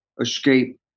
escape